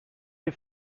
you